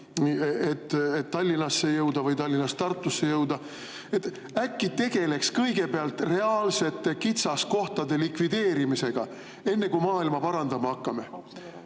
et Tallinnasse jõuda või Tallinnast Tartusse jõuda. Äkki tegeleks kõigepealt reaalsete kitsaskohtade likvideerimisega, enne kui maailma parandama hakkame?